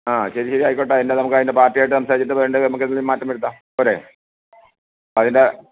ആ ശരി ശരി ആയിക്കോട്ടെ അതിൻ്റെ നമുക്ക് അതിൻ്റെ പാര്ട്ടി ആയിട്ട് സംസാരിച്ചിട്ട് വേണ്ടെ നമുക്ക് അതിൽ മാറ്റം വരുത്താം പോരേ അതിന്റെ